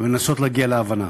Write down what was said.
ולנסות להגיע להבנה.